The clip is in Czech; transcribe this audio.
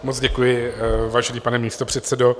Moc děkuji, vážený pane místopředsedo.